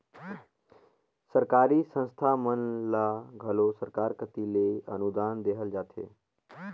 सरकारी संस्था मन ल घलो सरकार कती ले अनुदान देहल जाथे